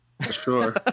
Sure